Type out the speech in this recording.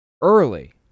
early